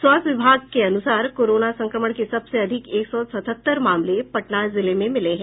स्वास्थ्य विभाग के अनुसार कोरोना संक्रमण के सबसे अधिक एक सौ सतहत्तर मामले पटना जिले में मिले हैं